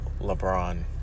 LeBron